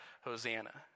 Hosanna